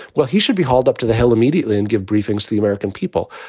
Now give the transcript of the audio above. well, he should be hauled up to the hill immediately and give briefings to the american people.